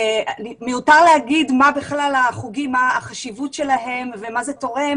מיותר לציין את חשיבות החוגים ובמה הם תורמים.